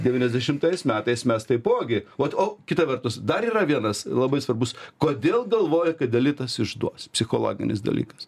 devyniasdešimtais metais mes taipogi vat o kita vertus dar yra vienas labai svarbus kodėl galvoja kad elitas išduos psichologinis dalykas